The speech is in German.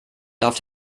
darf